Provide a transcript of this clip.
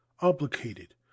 obligated